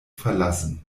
verlassen